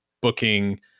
booking